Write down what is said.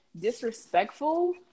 disrespectful